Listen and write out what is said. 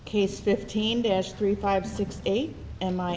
case fifteen dash three five six eight and my